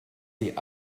die